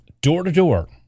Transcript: door-to-door